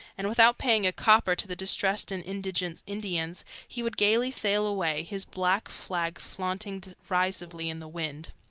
and without paying a copper to the distressed and indignant indians, he would gayly sail away, his black flag flaunting derisively in the wind.